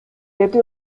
деди